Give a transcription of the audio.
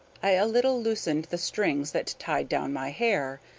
i a little loosened the strings that tied down my hair,